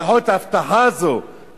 לפחות ההבטחה הזאת,